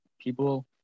People